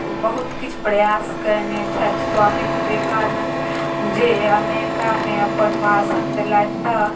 बहुत किछु प्रयास कयने छथि स्वामी विवेकानन्द जे अमेरिकामे अपन भाषण देलथि तऽ